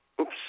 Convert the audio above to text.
Oops